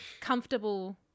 comfortable